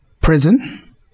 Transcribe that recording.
prison